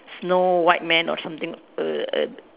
snow white man or something err err